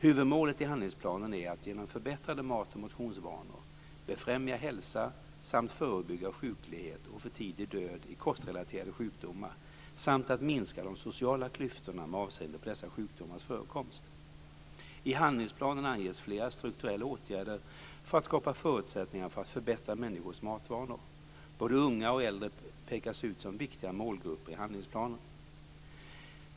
Huvudmålet i handlingsplanen är att genom förbättrade mat och motionsvanor, befrämja hälsa samt förebygga sjuklighet och för tidig död i kostrelaterade sjukdomar samt att minska de sociala klyftorna med avseende på dessa sjukdomars förekomst. I handlingsplanen anges flera strukturella åtgärder för att skapa förutsättningar för att förbättra människors matvanor. Både unga och äldre pekas ut som viktiga målgrupper i handlingsplanen.